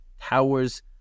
towers